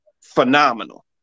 phenomenal